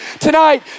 tonight